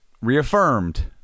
reaffirmed